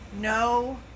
no